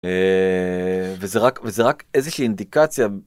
וזה רק וזה רק איזושהי אינדיקציה